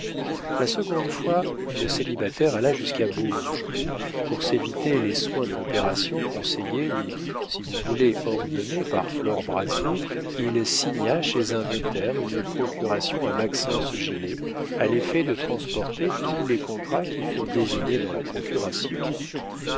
la seconde fois le célibataire alla jusqu'à bourges où pour s'éviter les soins de l'opération conseillée ou si vous voulez ordonnée par flore brazier il signa chez un notaire une procuration à maxence gilet à l'effet de transporter tous les contrats qui furent désignés dans la procuration